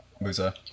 Musa